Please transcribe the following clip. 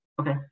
Okay